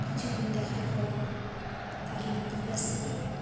কিছুদিন দেখার পরে কাকিমাদের কাছ থেকে